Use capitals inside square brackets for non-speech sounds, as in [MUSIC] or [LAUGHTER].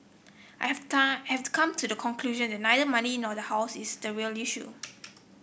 I have [UNINTELLIGIBLE] I have come to the conclusion that neither money nor the house is the real issue